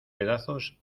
pedazos